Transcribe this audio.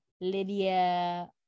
lydia